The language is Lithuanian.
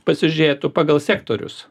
pasižiūrėtų pagal sektorius